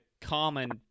common